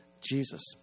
Jesus